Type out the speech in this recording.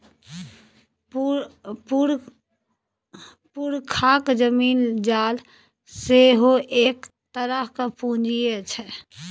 पुरखाक जमीन जाल सेहो एक तरहक पूंजीये छै